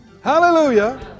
Hallelujah